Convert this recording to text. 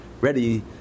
ready